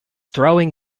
throwing